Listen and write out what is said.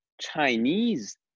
Chinese